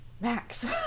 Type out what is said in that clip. Max